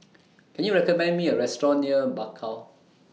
Can YOU recommend Me A Restaurant near Bakau